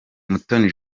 mutoni